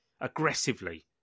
Aggressively